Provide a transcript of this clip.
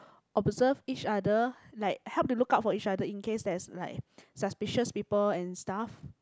observe each other like help to look out for each other in case there's like suspicious people and stuff